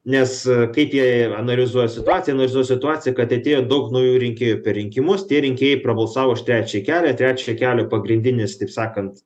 nes kai tie analizuoja situaciją nu su situacija kad atėjo daug naujų rinkėjų per rinkimus tie rinkėjai prabalsavo už trečiąją kelią trečiojo kelio pagrindinis taip sakant